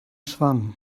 schwamm